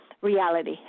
Reality